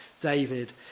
David